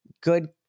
good